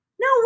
No